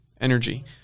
energy